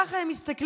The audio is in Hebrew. ככה הם מסתכלים,